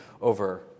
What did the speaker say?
over